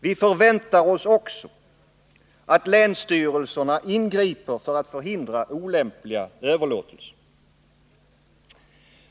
Vi förväntar oss också att länsstyrelserna ingriper för att förhindra olämpliga överlåtelser.